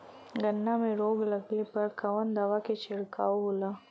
गन्ना में रोग लगले पर कवन दवा के छिड़काव होला?